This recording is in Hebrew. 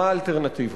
מה האלטרנטיבות.